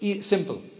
simple